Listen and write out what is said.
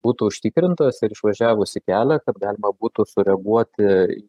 būtų užtikrintas ir išvažiavus į kelią kad galima būtų sureaguoti